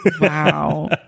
wow